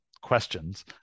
questions